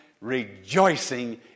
rejoicing